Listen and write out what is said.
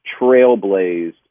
trailblazed